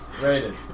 rated